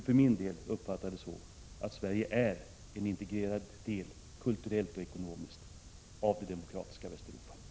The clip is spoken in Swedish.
För min del uppskattar jag att Sverige är en integrerad del, kulturellt och ekonomiskt, i det demokratiska Västeuropa.